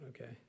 Okay